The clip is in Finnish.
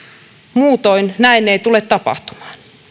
muutoin näin ei tule tapahtumaan